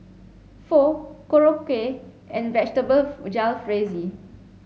Pho Korokke and Vegetable Jalfrezi